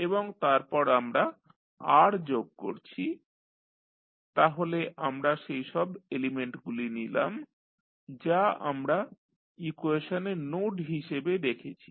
এবং তারপর আমরা R যোগ করছি তাহলে আমরা সেই সব এলিমেন্টগুলি নিলাম যা আমরা ইকুয়েশনে নোড হিসাবে দেখেছি